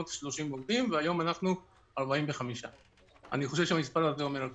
עובדים והיום אנחנו 45. אני חושב שהמספר הזה אומר הכול.